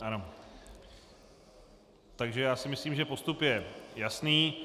Ano, takže já si myslím, že postup je jasný.